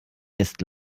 ist